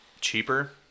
cheaper